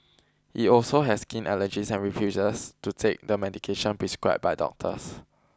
he also has skin allergies and refuses to take the medication prescribed by doctors